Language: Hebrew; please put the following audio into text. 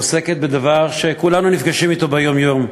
עוסקת בדבר שכולנו נפגשים אתו ביום-יום.